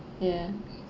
ya